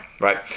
right